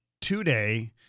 today